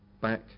back